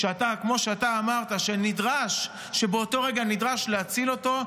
וכמו שאתה אמרת באותו הרגע נדרש להציל אותו,